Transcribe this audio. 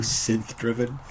synth-driven